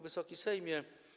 Wysoki Sejmie!